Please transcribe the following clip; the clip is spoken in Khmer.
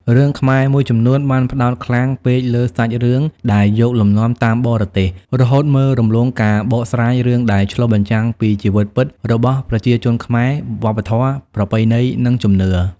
រឿងខ្មែរមួយចំនួនបានផ្តោតខ្លាំងពេកលើសាច់រឿងដែលយកលំនាំតាមបរទេស រហូតមើលរំលងការបកស្រាយរឿងដែលឆ្លុះបញ្ចាំងពី ជីវិតពិតរបស់ប្រជាជនខ្មែរ វប្បធម៌ ប្រពៃណី និងជំនឿ។